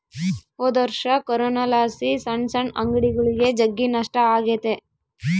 ಹೊದೊರ್ಷ ಕೊರೋನಲಾಸಿ ಸಣ್ ಸಣ್ ಅಂಗಡಿಗುಳಿಗೆ ಜಗ್ಗಿ ನಷ್ಟ ಆಗೆತೆ